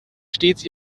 stets